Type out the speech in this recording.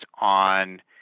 on